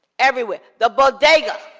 everywhere. the bodega,